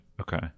okay